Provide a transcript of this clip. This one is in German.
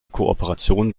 kooperation